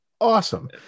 Awesome